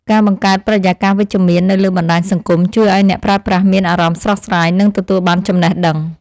ការបង្កើតបរិយាកាសវិជ្ជមាននៅលើបណ្តាញសង្គមជួយឱ្យអ្នកប្រើប្រាស់មានអារម្មណ៍ស្រស់ស្រាយនិងទទួលបានចំណេះដឹង។